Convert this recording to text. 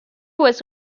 was